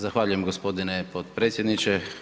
Zahvaljujem g. potpredsjedniče.